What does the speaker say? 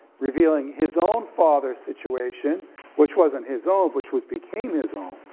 revealing his own father's situation which wasn't his own, which would became his own,